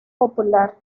popular